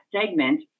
segment